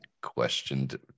questioned